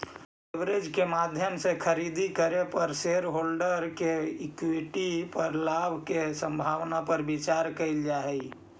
leverage के माध्यम से खरीदारी करे पर शेरहोल्डर्स के इक्विटी पर लाभ के संभावना पर विचार कईल जा हई